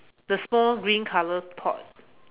the small green colour pot